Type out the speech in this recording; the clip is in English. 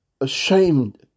ashamed